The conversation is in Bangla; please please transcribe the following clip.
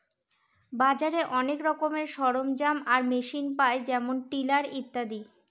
বাজারে অনেক রকমের সরঞ্জাম আর মেশিন পায় যেমন টিলার ইত্যাদি